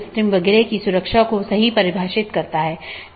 इसलिए उद्देश्य यह है कि इस प्रकार के पारगमन ट्रैफिक को कम से कम किया जा सके